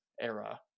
era